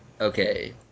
Okay